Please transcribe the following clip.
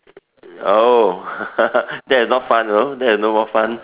oh that is not fun you know that is no more fun